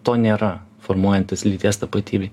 to nėra formuojantis lyties tapatybei